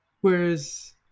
Whereas